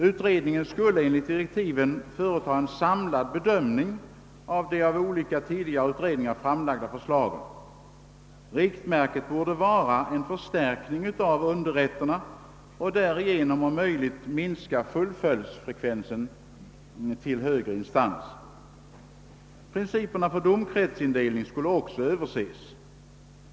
Utredningen skulle enligt direktiven företa en samlad bedömning av de utav tidigare utredningar framlagda förslagen. Riktmärket borde vara att försöka förstärka underrätterna och därigenom om möjligt minska fullföljdsfrekvensen till högre instans. Principerna för domkretsindelning skulle också överses.